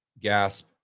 gasp